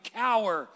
cower